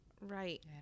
right